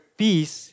peace